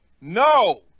No